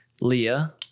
Leah